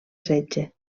setge